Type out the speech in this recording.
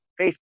Facebook